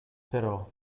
però